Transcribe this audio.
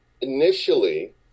Initially